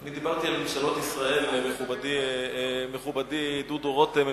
אני דיברתי על ממשלות ישראל, ומכובדי דודו רותם,